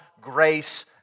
grace